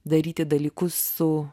daryti dalykus su